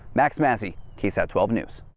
max massey ksat twelve news.